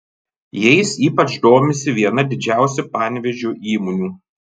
jais ypač domisi viena didžiausių panevėžio įmonių